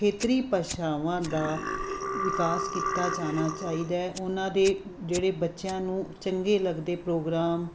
ਖੇਤਰੀ ਭਾਸ਼ਾਵਾਂ ਦਾ ਵਿਕਾਸ ਕੀਤਾ ਜਾਣਾ ਚਾਹੀਦਾ ਉਹਨਾਂ ਦੇ ਜਿਹੜੇ ਬੱਚਿਆਂ ਨੂੰ ਚੰਗੇ ਲੱਗਦੇ ਪ੍ਰੋਗਰਾਮ